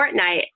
Fortnite